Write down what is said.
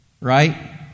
right